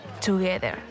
together